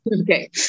Okay